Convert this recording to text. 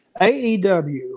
AEW